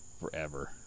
forever